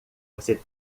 você